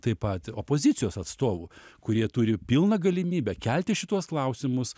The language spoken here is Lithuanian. taip pat opozicijos atstovų kurie turi pilną galimybę kelti šituos klausimus